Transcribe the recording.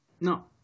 No